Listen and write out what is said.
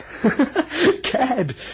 Cad